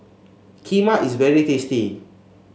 kheema is very tasty